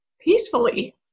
peacefully